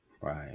Right